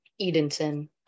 Edenton